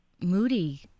moody